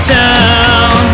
town